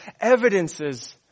evidences